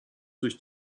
durch